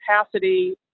capacity